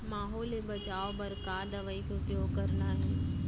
माहो ले बचाओ बर का दवई के उपयोग करना हे?